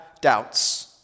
Doubts